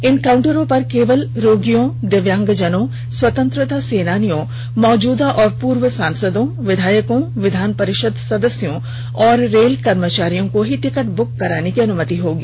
इन काउंटरों पर केवल रोगियों दिव्यांगजनों स्वतंत्रता सेनानियों मौजूदा और पूर्व सांसदों विधायकों विधान परिषद सदस्यों और रेल कर्मचारियों को ही टिकट बुक कराने की अनुमति होगी